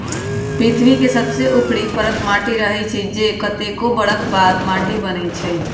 पृथ्वी के सबसे ऊपरी परत माटी रहै छइ जे कतेको बरख बाद माटि बनै छइ